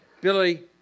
Billy